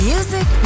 Music